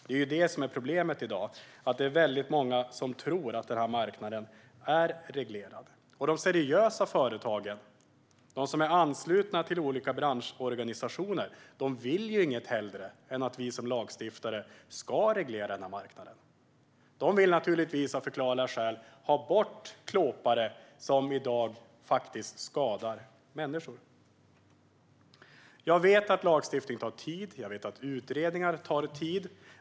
Det är det som är problemet i dag, alltså att väldigt många tror att denna marknad är reglerad. De seriösa företagen, som är anslutna till olika branschorganisationer, vill inget hellre än att vi som lagstiftare ska reglera denna marknad. De vill naturligtvis av förklarliga skäl ha bort klåpare som i dag faktiskt skadar människor. Jag vet att lagstiftning tar tid, och jag vet att utredningar tar tid.